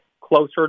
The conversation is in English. closer